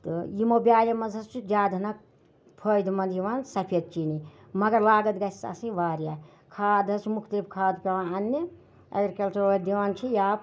تہٕ یِمو بیٛالیو منٛز حظ چھِ زیادٕ نہ فٲیدٕ منٛد یِوان سفید چیٖنی مگر لاگَتھ گژھیٚس آسٕنۍ واریاہ کھاد حظ چھُ مختلف کھادٕ پیٚوان اَننہِ ایٚگرِکَلچَر وٲلۍ دِوان چھِ یا